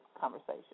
conversation